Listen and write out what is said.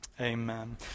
Amen